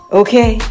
okay